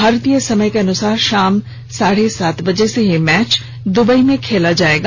भारतीय समयानुसार शाम के साढ़े सात बजे से यह मैच दुबई में खेला जाएगा